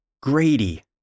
Grady